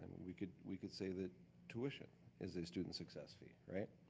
we could we could say that tuition is a student success fee.